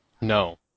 No